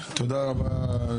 רבה,